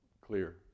clear